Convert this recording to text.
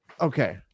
okay